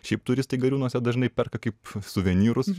šiaip turistai gariūnuose dažnai perka kaip suvenyrus